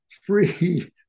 free